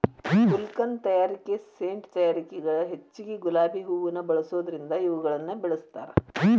ಗುಲ್ಕನ್ ತಯಾರಿಕೆ ಸೇಂಟ್ ತಯಾರಿಕೆಗ ಹೆಚ್ಚಗಿ ಗುಲಾಬಿ ಹೂವುನ ಬಳಸೋದರಿಂದ ಇವುಗಳನ್ನ ಬೆಳಸ್ತಾರ